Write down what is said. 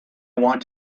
want